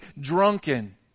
drunken